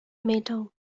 metal